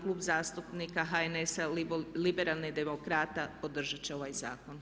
Klub zastupnika HNS-a liberalnih demokrata podržat će ovaj zakon.